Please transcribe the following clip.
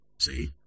See